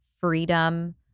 freedom